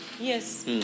Yes